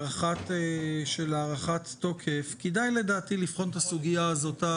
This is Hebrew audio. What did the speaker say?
לדעתי כדאי לבחון את הסוגיה הזאת.